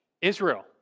Israel